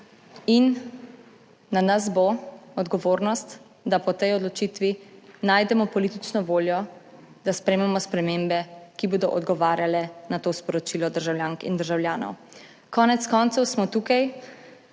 in na nas bo odgovornost, da po tej odločitvi najdemo politično voljo, da sprejmemo spremembe, ki bodo odgovarjale na to sporočilo državljank in državljanov. Konec koncev smo tukaj,